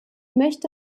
möchte